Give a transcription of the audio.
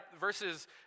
verses